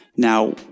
Now